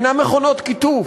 אינם מכונות קיטוף.